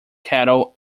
cattle